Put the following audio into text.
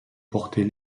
portait